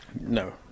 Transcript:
No